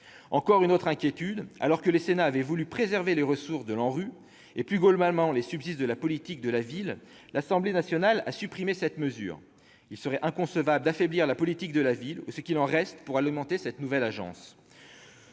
exprimer une autre inquiétude. Alors que le Sénat avait voulu préserver les ressources de l'ANRU et, plus globalement, les crédits de la politique de la ville, l'Assemblée nationale a supprimé cette mesure. Il serait inconcevable d'affaiblir la politique de la ville, ou ce qu'il en reste, pour alimenter la nouvelle agence.